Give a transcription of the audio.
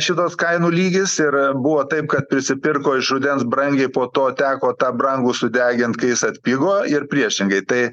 šitoks kainų lygis ir buvo taip kad prisipirko iš rudens brangiai po to teko tą brangų sudegint kai jis atpigo ir priešingai tai